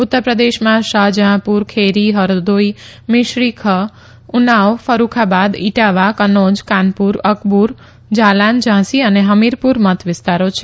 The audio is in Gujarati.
ઉત્તરપ્રદેશમાં શાહજહાંપુર ખેરી ફરદોઇ મિશ્રીખ ઉનાવ ફરૂખાબાદ ઇટાવા કન્નોજ કાનપુર અકબુર જાલાન ઝાંસી અને હમીરપુર મતવિસ્તારો છે